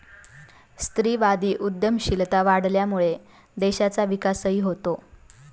स्त्रीवादी उद्यमशीलता वाढल्यामुळे देशाचा विकासही होतो